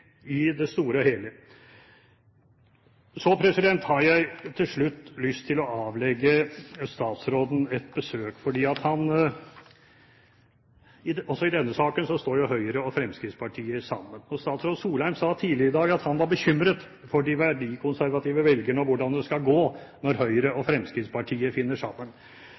i det store og hele. Så har jeg til slutt lyst til å avlegge statsråden et besøk. Også i denne saken står Høyre og Fremskrittspartiet sammen. Statsråd Solheim sa tidligere i dag at han var bekymret for de verdikonservative velgerne og for hvordan det skal gå når Høyre og Fremskrittspartiet finner sammen.